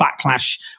backlash